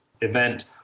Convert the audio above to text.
event